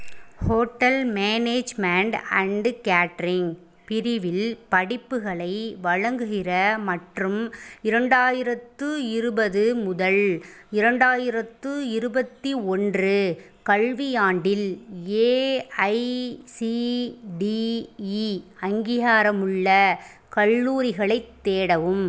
hotel management and catering பிரிவில் படிப்புகளை வழங்குகிற மற்றும் இரண்டாயிரத்து இருபது முதல் இரண்டாயிரத்து இருபத்து ஒன்று கல்வியாண்டில் ஏஐசிடிஇ அங்கீகாரம் உள்ள கல்லூரிகளைத் தேடவும்